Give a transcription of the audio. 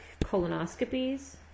colonoscopies